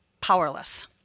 powerless